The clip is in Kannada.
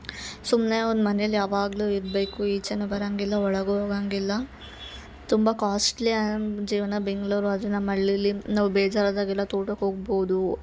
ಸುಮ್ನೆ ಒಂದು ಮನೆಲಿ ಯಾವಾಗಲೂ ಇರಬೇಕು ಈಚೆನು ಬರಂಗಿಲ್ಲ ಒಳಗೋಗಂಗಿಲ್ಲ ತುಂಬಾ ಕಾಸ್ಟ್ಲಿ ಹ್ಯಾಂಗ್ ಜೀವನ ಬೆಂಗಳೂರು ಆದರೆ ನಮ್ಮ ಹಳ್ಳಿಲಿ ನಾವು ಬೇಜರಾದಾಗೆಲ್ಲ ತೋಟಕ್ಕೆ ಹೋಗ್ಬೋದು